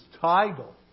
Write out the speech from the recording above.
title